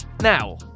Now